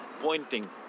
pointing